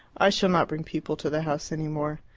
i shall not bring people to the house any more.